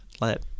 let